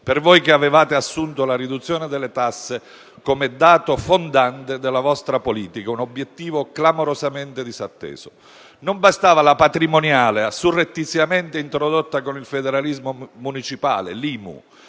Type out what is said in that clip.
per voi che avevate assunto la riduzione delle tasse come dato fondante della vostra politica è un obiettivo clamorosamente disatteso. Non bastava la patrimoniale surrettiziamente introdotta con il federalismo municipale, l'IMU,